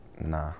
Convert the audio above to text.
nah